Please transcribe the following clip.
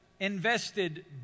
invested